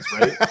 right